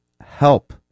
help